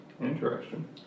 interesting